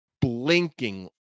blinking